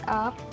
up